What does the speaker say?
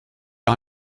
gar